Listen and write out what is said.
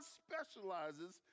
specializes